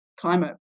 climate